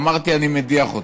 אמרתי, אני מדיח אותו.